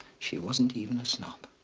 she wasn't even a snob.